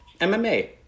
MMA